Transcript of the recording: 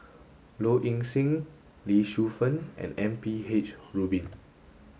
Low Ing Sing Lee Shu Fen and M P H Rubin